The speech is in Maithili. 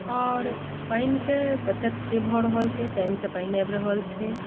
आओर पानिके बचत से भऽ रहल छै टाइमसँ पानि आबि रहल छै